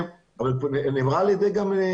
אבל זה נאמר גם על ידי רינת,